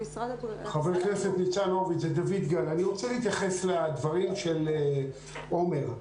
אני רוצה להתייחס לדברים של עומר.